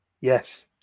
Yes